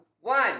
one